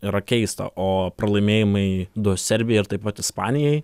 yra keista o pralaimėjimai du serbijai ir taip pat ispanijai